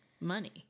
money